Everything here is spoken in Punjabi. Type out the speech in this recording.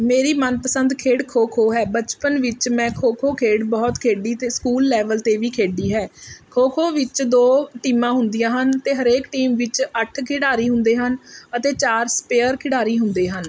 ਮੇਰੀ ਮਨਪਸੰਦ ਖੇਡ ਖੋ ਖੋ ਹੈ ਬਚਪਨ ਵਿੱਚ ਮੈਂ ਖੋ ਖੋ ਖੇਡ ਬਹੁਤ ਖੇਡੀ ਅਤੇ ਸਕੂਲ ਲੈਵਲ 'ਤੇ ਵੀ ਖੇਡੀ ਹੈ ਖੋ ਖੋ ਵਿੱਚ ਦੋ ਟੀਮਾਂ ਹੁੰਦੀਆਂ ਹਨ ਅਤੇ ਹਰੇਕ ਟੀਮ ਵਿੱਚ ਅੱਠ ਖਿਡਾਰੀ ਹੁੰਦੇ ਹਨ ਅਤੇ ਚਾਰ ਸਪੇਅਰ ਖਿਡਾਰੀ ਹੁੰਦੇ ਹਨ